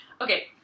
Okay